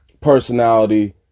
personality